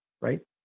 right